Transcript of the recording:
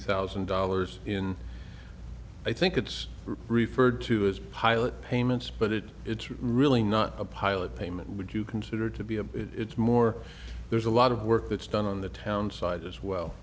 thousand dollars in i think it's referred to as pilot payments but it it's really not a pilot payment would you consider to be a it's more there's a lot of work that's done on the town side as well